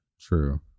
True